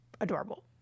adorable